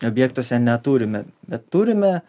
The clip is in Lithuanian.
objektuose neturime bet turime